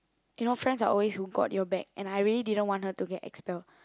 you know friends are always who got your back and I really didn't want her to get expelled